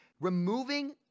removing